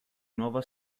nuova